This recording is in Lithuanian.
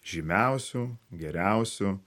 žymiausių geriausių